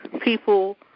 people